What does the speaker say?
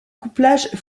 couplage